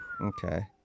Okay